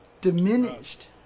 Diminished